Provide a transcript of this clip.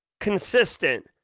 consistent